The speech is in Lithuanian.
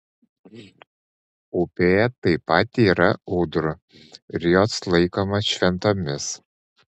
upėje taip pat yra ūdrų ir jos laikomos šventomis